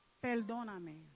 perdóname